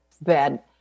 bad